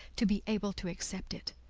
to be able to accept it.